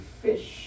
fish